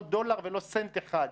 לא דולר ולא סנט אחד,